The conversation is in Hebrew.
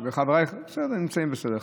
נמצאים, בסדר.